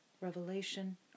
revelation